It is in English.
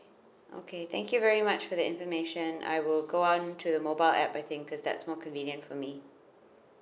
okay thank you very much for the information I will go on to the mobile app I think cause that's more convenient for me